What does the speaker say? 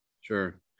sure